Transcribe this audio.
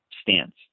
stance